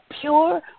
pure